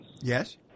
Yes